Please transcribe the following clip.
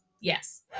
Yes